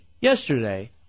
yesterday